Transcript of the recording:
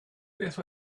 beth